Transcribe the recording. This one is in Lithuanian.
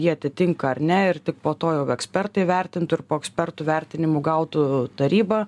jie atitinka ar ne ir tik po to jau ekspertai vertintų ir po ekspertų vertinimų gautų taryba